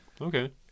okay